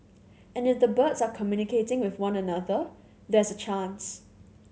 and if the birds are communicating with one another there's a chance